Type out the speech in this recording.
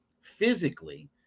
physically